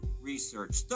research